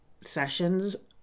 sessions